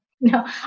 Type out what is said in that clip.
No